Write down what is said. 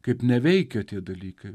kaip neveikia tie dalykai